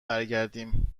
برگردیم